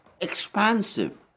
expansive